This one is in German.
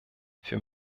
für